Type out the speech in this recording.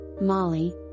Molly